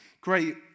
Great